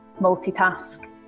multitask